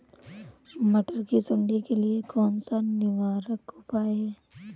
मटर की सुंडी के लिए कौन सा निवारक उपाय है?